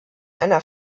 einer